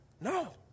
No